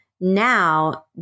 now